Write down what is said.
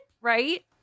right